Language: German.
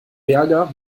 berger